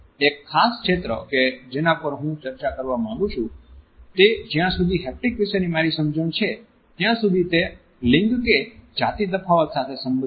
એક ખાસ ક્ષેત્ર કે જેના પર હું ચર્ચા કરવા માગું છું તે જ્યાં સુધી હેપ્ટિક વિશેની મારી સમજણ છે ત્યાં સુધી તે લિંગ કે જાતિ તફાવત સાથે સંબંધિત છે